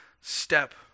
step